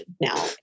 now